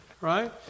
right